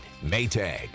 Maytag